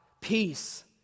Peace